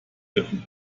dürfen